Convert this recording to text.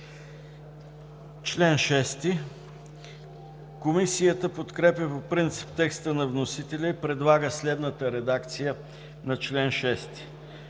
Комисията подкрепя по принцип текста на вносителя и предлага следната редакция на чл.